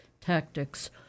tactics